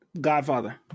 Godfather